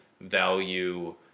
value